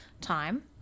time